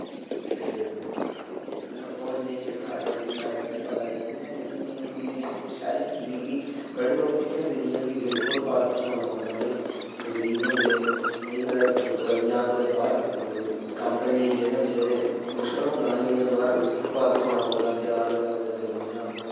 ते हून होर में केह् सना इदे बारै ज्यादा मिकी पता ते नेईं ऐ लेकिन फ्ही बी मिकी एह् शैल लग्गी कि की बड़े लोक जेह्के होंदे जि'यां कि गरी फुटपाथ उप्पर सोना पौंदा उ'नें गरीब होंदे नेईं कुतै जां कुतै बाह्र कम्म करने गेदे होंदे ते मुश्कल होंदा उ'नें के इ'यां बाह्र फुटपाथ पर सोने पौंदा स्याल होऐ कुतै गर्मियां होन